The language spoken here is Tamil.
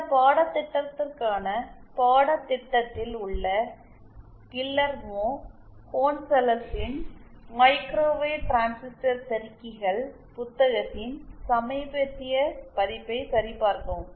இந்த பாடத்திட்டத்திற்கான பாடத்திட்டத்தில் உள்ள கில்லர்மோ கோன்சலஸின் மைக்ரோவேவ் டிரான்சிஸ்டர் பெருக்கிகள் புத்தகத்தின் சமீபத்திய பதிப்பை சரிபார்க்கவும்